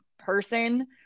person